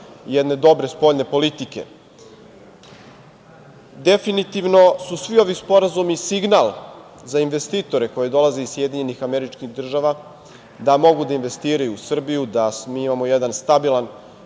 jedne dobre spoljne politike. Definitivno su svi ovi sporazumi signal za investitore koji dolaze iz SAD da mogu da investiraju u Srbiju, da mi imamo jedan stabilan